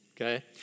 okay